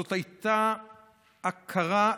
זו הייתה הכרה,